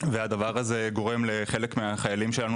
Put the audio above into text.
והדבר הזה גורם לחלק מהחיילים שלנו